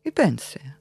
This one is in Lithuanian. į pensiją